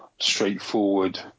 straightforward